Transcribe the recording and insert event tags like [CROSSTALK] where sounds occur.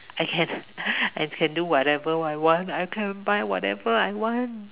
I can [LAUGHS] I can do whatever I want I can buy whatever I want